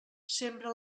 sembra